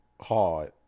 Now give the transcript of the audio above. hard